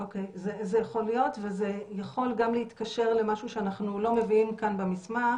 זה יכול להיות וזה יכול גם להתקשר למשהו שאנחנו לא מביאים כאן במסמך